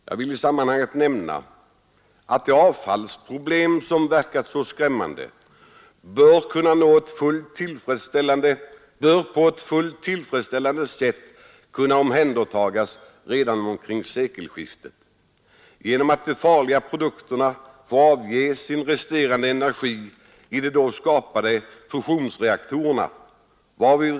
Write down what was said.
Jag vill i sammanhanget nämna att de avfallsproblem som verkat så skrämmande bör på ett fullt tillfredställande sätt ha lösts redan vid sekelskiftet genom att de farliga produkterna får avge sin resterande energi i de då skapade fusionsreaktorerna.